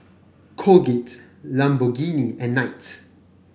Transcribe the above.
Colgate Lamborghini and Knight